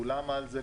כולם על זה.